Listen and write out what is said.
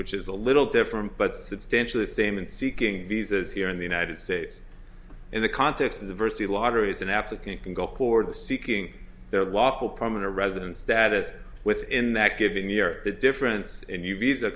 which is a little different but substantially same in seeking visas here in the united states in the context of diversity lottery is an applicant can go forward to seeking their lawful permanent resident status within that given year that difference and you visa